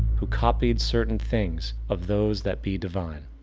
who copied certain things of those that be divine.